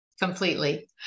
completely